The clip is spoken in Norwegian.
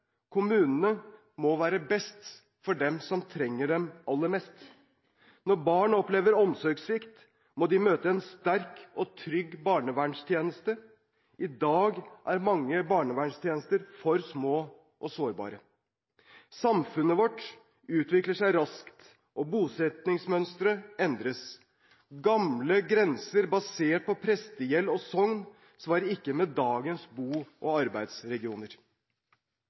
Kommunene må være best for dem som trenger dem aller mest. Når barn opplever omsorgssvikt, må de møte en sterk og trygg barnevernstjeneste. I dag er mange barnevernstjenester for små og sårbare. Samfunnet vårt utvikler seg raskt, og bosettingsmønstre endres. Gamle grenser basert på prestegjeld og sogn, samsvarer ikke med dagens bo- og arbeidsregioner.